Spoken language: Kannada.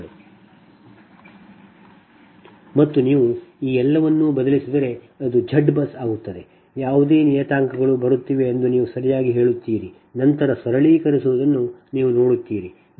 ಮತ್ತು ನೀವು ಎಲ್ಲವನ್ನು ಬದಲಿಸಿದರೆ ಇದು Z ಬಸ್ ಆಗುತ್ತದೆ ಯಾವುದೇ ನಿಯತಾಂಕಗಳು ಬರುತ್ತಿವೆ ಎಂದು ನೀವು ಸರಿಯಾಗಿ ಹೇಳುತ್ತೀರಿ ನಂತರ ಸರಳೀಕರಿಸುವದನ್ನು ನೀವು ನೋಡುತ್ತೀರಿ